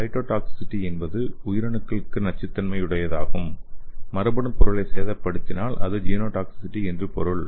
cytotoxicity என்பது உயிரணுக்களுக்கு நச்சுத்தன்மையுள்ளதாகும் மரபணுப் பொருளை சேதப்படுத்தினால் அதற்கு ஜீனோடாக்சிசிட்டி என்று பொருள்